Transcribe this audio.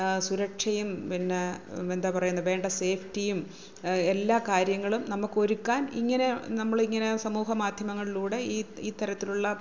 സുരക്ഷയും പിന്നെ എന്താ പറയുന്നത് വേണ്ട സേഫ്റ്റിയും എല്ലാ കാര്യങ്ങളും നമുക്ക് ഒരുക്കാൻ ഇങ്ങനെ നമ്മള് ഇങ്ങനെ സമൂഹ മാധ്യമങ്ങളിലൂടെ ഈ ഈ തരത്തിലുള്ള